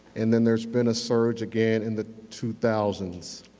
and then there's been a search again in the two thousand s.